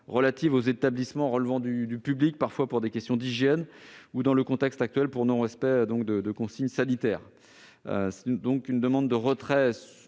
relatives aux établissements recevant du public- quelquefois pour des raisons d'hygiène -ou, dans le contexte actuel, pour non-respect des consignes sanitaires. Je demande donc le retrait